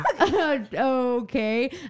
okay